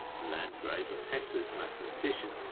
the landgrave of hesse his mathematician,